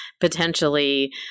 potentially